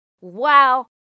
Wow